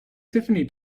tiffany